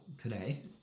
today